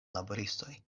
laboristoj